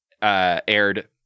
Aired